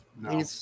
No